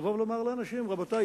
לומר לאנשים: רבותי,